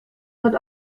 wird